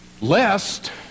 Lest